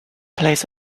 plays